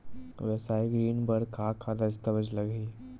वेवसायिक ऋण बर का का दस्तावेज लगही?